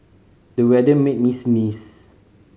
the weather made me sneeze